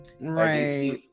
Right